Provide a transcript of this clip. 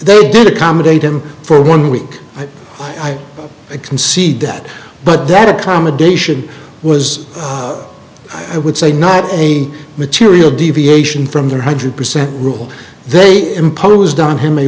they did accommodate him for one week i concede that but that accommodation was i would say not any material deviation from their hundred percent rule they imposed on him a